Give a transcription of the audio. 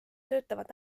töötavad